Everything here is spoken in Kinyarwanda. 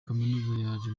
kaminuza